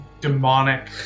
demonic